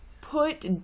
put